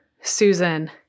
Susan